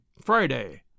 Friday